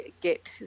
get